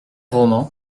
roman